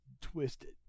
twisted